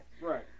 right